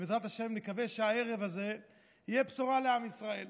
ובעזרת השם נקווה שהערב הזה תהיה בשורה לעם ישראל.